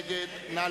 יואל